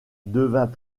devint